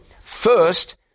First